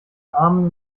amen